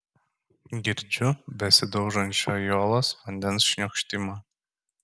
girdžiu besidaužančio į uolas vandens šniokštimą